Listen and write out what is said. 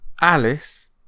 Alice